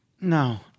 No